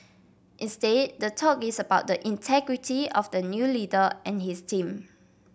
instead the talk is about the integrity of the new leader and his team